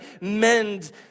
mend